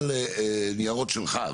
אבל ניירות שלך,